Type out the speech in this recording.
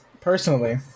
personally